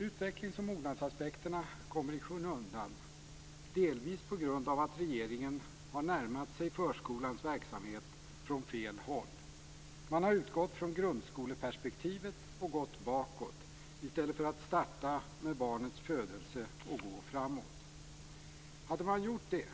Utvecklings och mognadsaspekterna kommer i skymundan delvis på grund av att regeringen har närmat sig förskolans verksamhet från fel håll. Man har utgått från grundskoleperspektivet och gått bakåt, i stället för att starta med barnets födelse och gå framåt. Hade man gjort detta